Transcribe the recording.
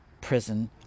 prison